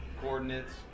coordinates